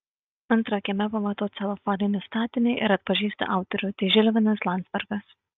antra kieme pamatau celofaninį statinį ir atpažįstu autorių tai žilvinas landzbergas